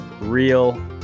real